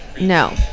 No